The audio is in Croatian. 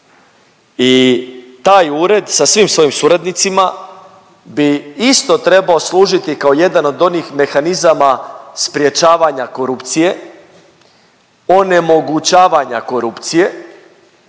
i taj ured sa svim svojim suradnicima bi isto trebao služiti kao jedan od onih mehanizama sprječavanja korupcije, onemogućavanja korupcije